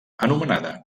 anomenada